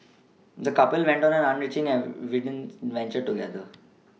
the couple went on an enriching and adventure together